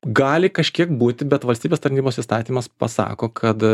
gali kažkiek būti bet valstybės tarnybos įstatymas pasako kad